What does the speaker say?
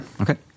Okay